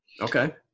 Okay